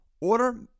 Order